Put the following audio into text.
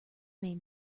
main